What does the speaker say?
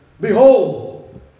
Behold